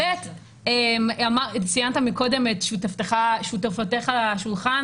ציינה מקודם את שותפתך לשולחן.